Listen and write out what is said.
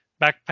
Backpack